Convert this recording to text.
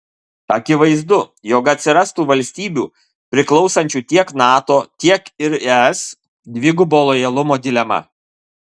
akivaizdu jog atsirastų valstybių priklausančių tiek nato tiek ir es dvigubo lojalumo dilema